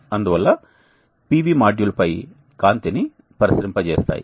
అందువల్ల PV మాడ్యూల్పై కాంతిని ప్రసరింపజేస్తాయి